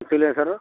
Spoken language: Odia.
ପଞ୍ଚଲିଙ୍ଗେଶ୍ୱର